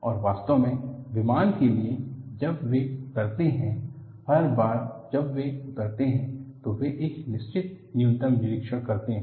और वास्तव में विमान के लिए जब वे उतरते हैं हर बार जब वे उतरते हैं तो वे एक निश्चित न्यूनतम निरीक्षण करते हैं